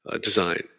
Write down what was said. design